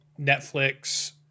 Netflix